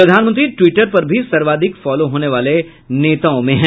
प्रधानमंत्री ट्वीटर पर भी सर्वाधिक फॉलो होने वाले नेताओं में हैं